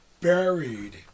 buried